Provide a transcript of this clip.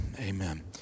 Amen